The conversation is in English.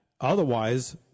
Otherwise